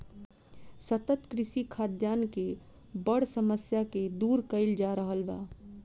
सतत कृषि खाद्यान के बड़ समस्या के दूर कइल जा रहल बा